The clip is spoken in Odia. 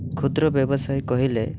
କ୍ଷୁଦ୍ର ବ୍ୟବସାୟୀ କହିଲେ